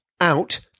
out